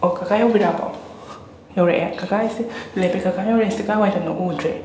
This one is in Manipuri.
ꯑꯣ ꯀꯀꯥ ꯌꯧꯕꯤꯔꯛꯑꯕꯣ ꯌꯧꯔꯛꯑꯦ ꯀꯀꯥ ꯑꯩꯁꯦ ꯀꯀꯥꯅ ꯂꯩꯔꯤꯁꯦ ꯀꯥꯏꯗꯅꯣ ꯎꯗ꯭ꯔꯦ